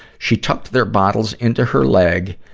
she tucked their bottles into her leg,